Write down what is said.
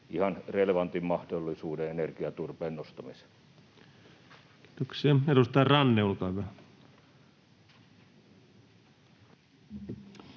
ihan relevantin mahdollisuuden energiaturpeen nostamiseen. Kiitoksia. — Edustaja Ranne, olkaa hyvä. Arvoisa